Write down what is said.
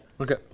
Okay